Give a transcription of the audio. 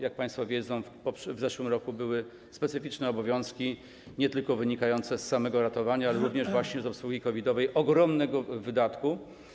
Jak państwo wiedzą, w zeszłym roku były specyficzne obowiązki, nie tylko wynikające z samego ratowania, ale również właśnie z obsługi COVID-owej, ogromnego wydatku.